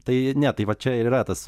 tai ne tai va čia ir yra tas